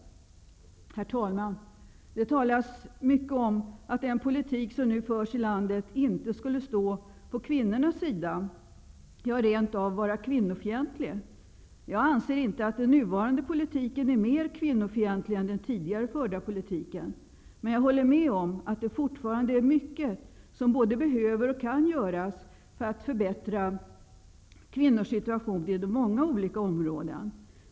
Herr talman! Det talas mycket om att den politik som nu förs i landet inte skulle stå på kvinnornas sida, ja rent av vara kvinnofientlig. Jag anser dock att den nuvarande politiken inte är mer kvinnofientlig än den tidigare förda politiken. Jag håller med om att det fortfarande är mycket som både behöver och kan göras för att förbättra kvinnornas situation på många olika områden.